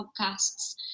podcasts